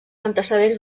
antecedents